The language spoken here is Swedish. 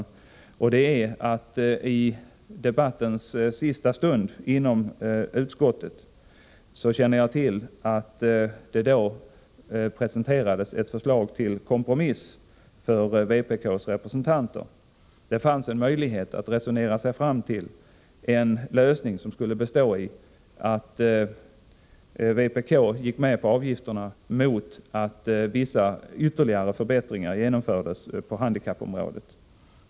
Jag känner till att det i debattens sista stund inom utskottet presenterades ett förslag till kompromiss för vpk:s representanter. Det fanns en möjlighet att resonera sig fram till en lösning som skulle bestå i att vpk gick med på avgifterna mot att vissa ytterligare förbättringar genomfördes på handikappområdet.